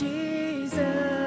Jesus